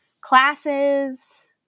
classes